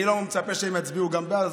אני לא מצפה שגם הם יצביעו בעד,